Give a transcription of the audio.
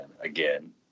again